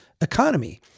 economy